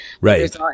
right